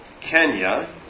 Kenya